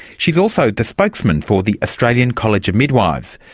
she's also the spokesman for the australian college of midwives.